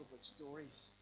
stories